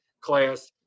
class